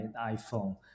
iPhone